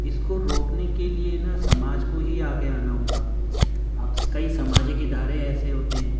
اس کو روکنے کے لیے نا سماج کو ہی آگے آنا ہوگا آپ کئی سماجک ادارے ایسے ہوتے ہیں